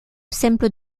simple